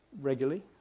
regularly